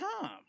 time